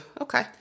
Okay